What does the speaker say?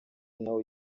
nawe